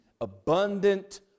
abundant